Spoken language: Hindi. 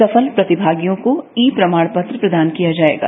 सफल प्रतिभागियों को ई प्रमाण पत्र प्रदान किया जाएगा